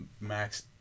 max